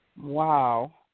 Wow